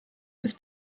ist